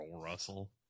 Russell